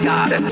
God